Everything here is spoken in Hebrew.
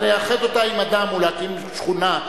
לאחד אותה עם אדם ולהקים שכונה,